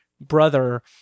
brother